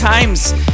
Times